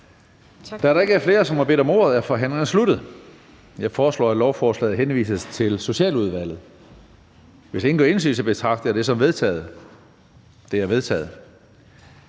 Da der ikke er flere, som har bedt om ordet, er forhandlingen sluttet. Jeg foreslår, at lovforslaget henvises til Socialudvalget. Hvis ingen gør indsigelse, betragter jeg det som vedtaget. Det er vedtaget.